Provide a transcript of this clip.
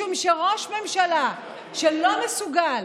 משום שראש ממשלה שלא מסוגל